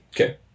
Okay